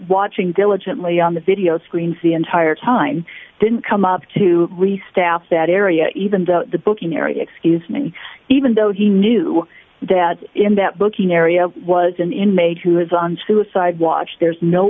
watching diligently on the video screens the entire time didn't come up to the staff that area even though the booking area excuse me even though he knew that in that booking area was an inmate who is on suicide watch there's no